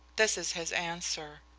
this is his answer.